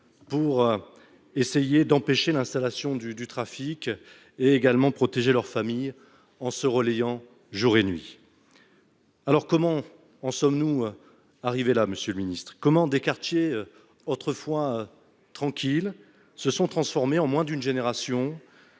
pour essayer d'empêcher l'installation du trafic et protéger leur famille en se relayant jour et nuit. Comment en sommes-nous arrivés là, monsieur le ministre ? Comment des quartiers autrefois tranquilles ont-ils pu se transformer en moins d'une génération